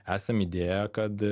esam idėją kad